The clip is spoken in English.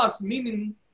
meaning